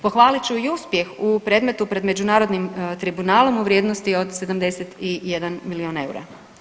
Pohvalit ću i uspjeh u predmetu pred Međunarodnim tribunalom u vrijednosti od 71 milijun eura.